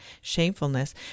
shamefulness